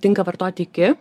tinka vartoti iki